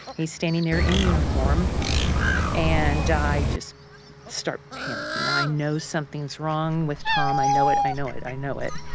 he's standing there in uniform and i just start panicking. i know something's wrong with tom. i know it, i know it, i know it.